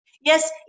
yes